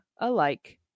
alike